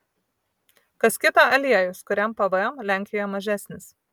kas kita aliejus kuriam pvm lenkijoje mažesnis